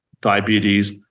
diabetes